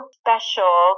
special